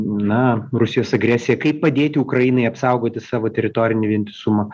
na rusijos agresiją kaip padėti ukrainai apsaugoti savo teritorinį vientisumą